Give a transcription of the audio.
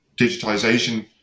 digitization